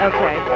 Okay